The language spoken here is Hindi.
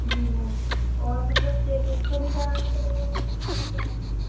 जी मैम और मतलब चेक वेक तो नहीं कराना पड़ेगा मैम मुझे जा कर